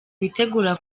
bitegura